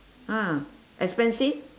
ha expensive